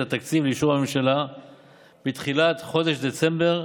התקציב לאישור הממשלה בתחילת חודש דצמבר,